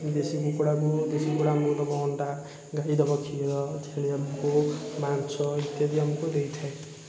ଦେଶୀ କୁକୁଡ଼ାଙ୍କୁ ଦେଶୀ କୁକୁଡ଼ା ଆମକୁ ଦେବ ଅଣ୍ଡା ଗାଈ ଦେବ କ୍ଷୀର ଛେଳି ଆମକୁ ମାଂସ ଇତ୍ୟାଦି ଆମକୁ ଦେଇଥାଏ